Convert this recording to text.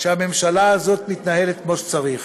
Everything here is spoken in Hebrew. שהממשלה מתנהלת כמו שצריך.